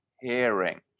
hearing